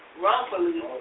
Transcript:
wrongfully